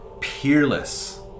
peerless